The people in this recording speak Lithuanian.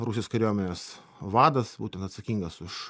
rusijos kariuomenės vadas atsakingas už